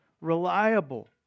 reliable